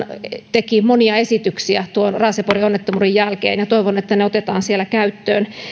teki monia esityksiä tuon raaseporin onnettomuuden jälkeen ja toivon että ne otetaan siellä käyttöön